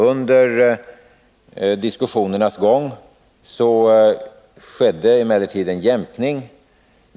Under diskussionernas gång skedde emellertid en jämkning.